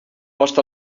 post